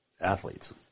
athletes